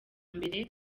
mbere